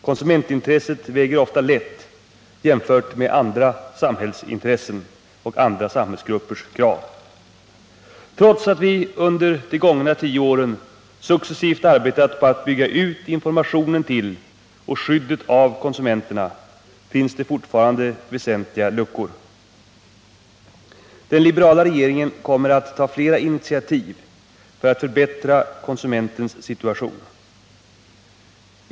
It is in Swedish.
Konsumentintresset väger ofta lätt jämfört med andra samhällsintressen och andra samhällsgruppers krav. Trots att vi under de gångna tio åren successivt arbetat på att bygga ut informationen till och skyddet av konsumenterna, finns det fortfarande väsentliga luckor. Den liberala regeringen kommer att ta flera initiativ för att förbättra konsumentens situation.